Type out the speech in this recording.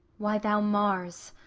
why, thou mars!